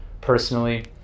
personally